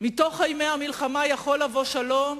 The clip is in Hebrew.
מתוך ימי המלחמה יכול לבוא שלום,